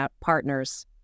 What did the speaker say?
Partners